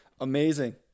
Amazing